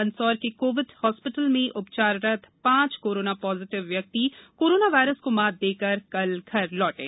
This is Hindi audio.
मंदसौर के कोवि हॉस्पिटल में उपचाररत पांच कोरोना पॉजिटिव व्यक्ति कोरोना वायरस को मात देकर कल घर लौटे